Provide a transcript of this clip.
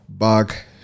back